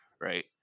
right